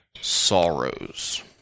sorrows